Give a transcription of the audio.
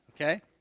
Okay